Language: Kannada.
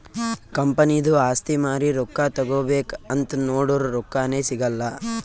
ಕಂಪನಿದು ಆಸ್ತಿ ಮಾರಿ ರೊಕ್ಕಾ ತಗೋಬೇಕ್ ಅಂತ್ ನೊಡುರ್ ರೊಕ್ಕಾನೇ ಸಿಗಲ್ಲ